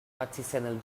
artisanal